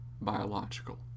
biological